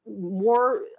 more